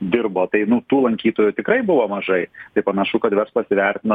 dirbo tai nu tų lankytojų tikrai buvo mažai tai panašu kad verslas įvertino